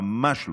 ממש לא.